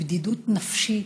היא בדידות נפשית,